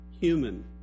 human